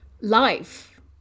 life